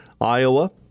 Iowa